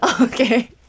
okay